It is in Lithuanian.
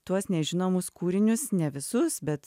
tuos nežinomus kūrinius ne visus bet